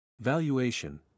Valuation